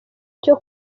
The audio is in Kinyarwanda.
cyo